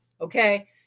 okay